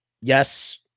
yes